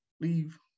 leave